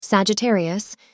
Sagittarius